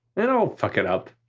and i'll fuck it up.